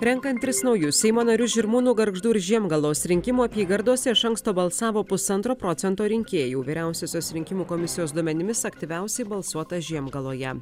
renkant tris naujus seimo narius žirmūnų gargždų ir žiemgalos rinkimų apygardose iš anksto balsavo pusantro procento rinkėjų vyriausiosios rinkimų komisijos duomenimis aktyviausiai balsuota žiemgaloje